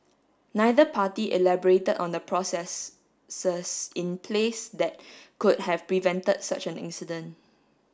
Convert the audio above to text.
neither party elaborated on the process in place that could have prevented such an incident